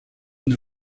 une